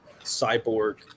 cyborg